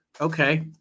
Okay